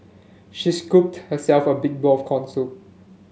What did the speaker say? she scooped herself a big bowl of corn soup